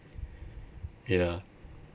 ya